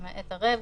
למעט ערב,